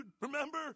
remember